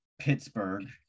Pittsburgh